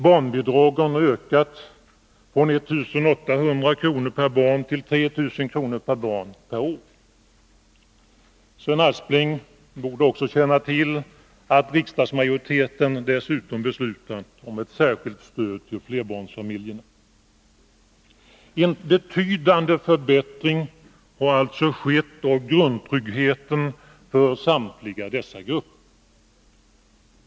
Barnbidragen har ökat från 1 800 kr. per barn till 3 000 kr. per barn och år. Sven Aspling borde också känna till att riksdagsmajoriteten har beslutat om ett särskilt stöd till flerbarnsfamiljerna. En betydande förbättring har alltså skett av grundtryggheten för samtliga dessa grupper.